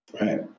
Right